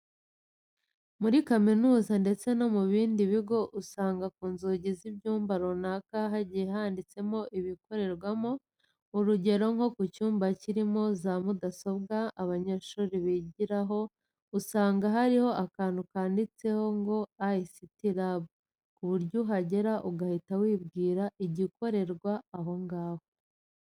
Muri kaminuza ndetse no mu bindi bigo usanga ku nzugi z'ibyumba runaka hagiye handitseho ibikorerwamo. Urugero nko ku cyumba kirimo za mudasobwa abanyeshuri bigiraho usanga hariho akantu kanditseho ngo ICT lab ku buryo uhagera ugahita wibwira igikorerwa aho ngaho.